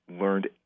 learned